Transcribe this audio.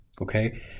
Okay